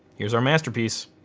here's our masterpiece.